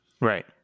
Right